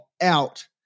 out